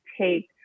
take